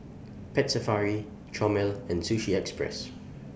Pet Safari Chomel and Sushi Express